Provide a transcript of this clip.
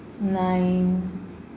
nine